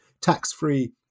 tax-free